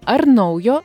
ar naujo